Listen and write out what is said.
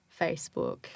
Facebook